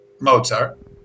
Mozart